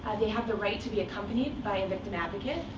they have the right to be accompanied by a victim advocate,